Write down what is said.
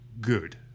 good